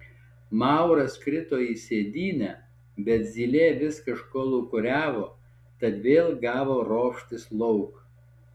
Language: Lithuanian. mauras krito į sėdynę bet zylė vis kažko lūkuriavo tad vėl gavo ropštis lauk